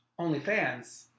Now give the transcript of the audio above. OnlyFans